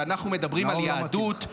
כשאנחנו מדברים על יהדות --- נאור,